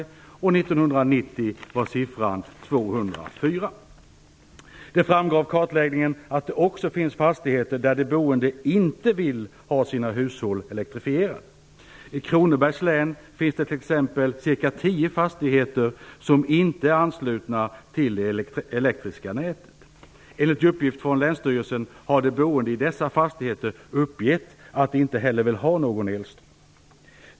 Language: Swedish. År 1990 var antalet Det framgår av kartläggningen att det också finns fastigheter där de boende inte vill ha sina hushåll elektrifierade. I Kronobergs län finns det t.ex. ca 10 fastigheter som inte är anslutna till det elektriska nätet. Enligt uppgift från länsstyrelsen har de boende i dessa fastigheter uppgett att de inte heller vill ha någon elström.